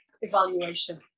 evaluation